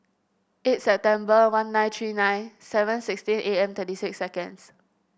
eight September one nine three nine seven sixteen A M thirty six seconds